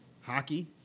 hockey